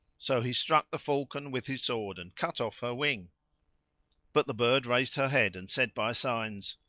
so he struck the falcon with his sword and cut off her wing but the bird raised her head and said by signs,